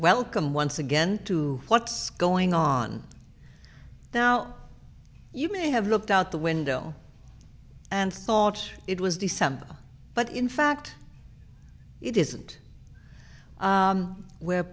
welcome once again to what's going on now you may have looked out the window and thought it was december but in fact it isn't we're